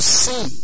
see